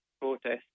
protest